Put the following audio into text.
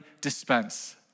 dispense